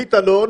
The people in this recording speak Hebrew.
תוכנית אלון